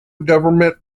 government